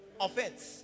Offense